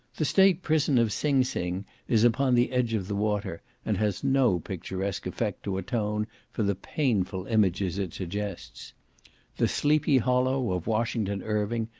the state prison of sing sing is upon the edge of the water, and has no picturesque effect to atone for the painful images it suggests the sleepy hollow of washington irving,